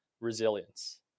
resilience